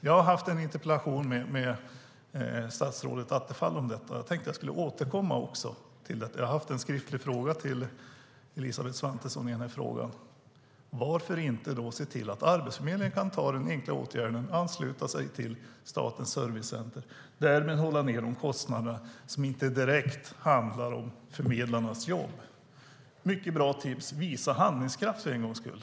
Jag har haft en interpellationsdebatt med statsrådet Attefall om detta, och jag har ställt en skriftlig fråga till Elisabeth Svantesson: Varför inte se till att Arbetsförmedlingen kan vidta den enkla åtgärden att ansluta sig till Statens servicecenter och därmed hålla ned de kostnader som inte direkt handlar om förmedlarnas jobb? Det är ett mycket bra tips. Visa handlingskraft för en gångs skull!